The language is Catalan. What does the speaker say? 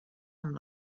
amb